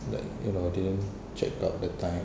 like you know dia check out that time